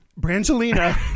brangelina